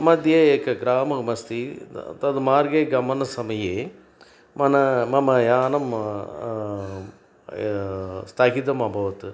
मध्ये एकं ग्राममस्ति त तद् मार्गे गमनसमये मम मम यानं स्थगितमभवत्